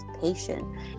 patient